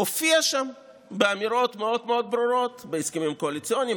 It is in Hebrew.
הופיעה שם באמירות מאוד מאוד ברורות בהסכמים הקואליציוניים,